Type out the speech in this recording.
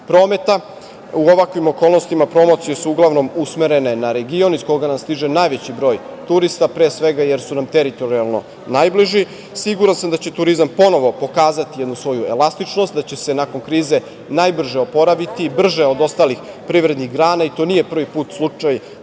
prometa. U ovakvim okolnostima promocije su uglavnom usmerene na region, iz koga nam stiže najveći broj turista, pre svega, jer su nam teritorijalno najbliži. Siguran sam da će turizam ponovo pokazati jednu svoju elastičnost, da će se nakon krize najbrže oporaviti brže od ostalih privrednih grana. To nije prvi put slučaj